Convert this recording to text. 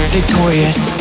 victorious